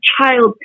child